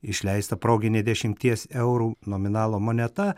išleista proginė dešimties eurų nominalo moneta